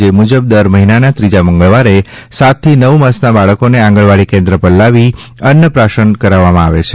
જે મુજબ દર મહિનાના ત્રીજા મંગળવારે સાત થી નવ માસના બાળકોને આંગણવાડી કેન્દ્ર પર લાવી અન્ન પ્રાશન કરાવવામાં આવે છે